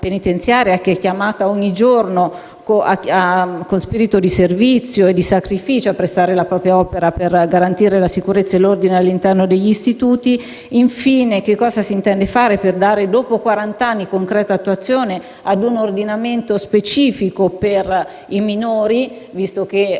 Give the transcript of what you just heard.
con spirito di servizio e sacrificio, a prestare la propria opera per garantire la sicurezza e l'ordine all'interno degli istituti. Infine, chiedo che cosa si intenda fare per dare, dopo quarant'anni, concreta attuazione ad un ordinamento specifico per i minori, visto che in questi quarant'anni